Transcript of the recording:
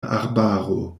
arbaro